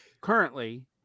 currently